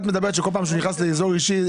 את אומרת שכל פעם שהוא נכנס לאזור אישי,